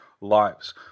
lives